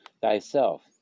thyself